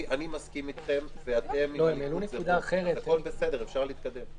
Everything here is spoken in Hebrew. אני מסכים אתכם, אז הכול בסדר, אפשר להתקדם.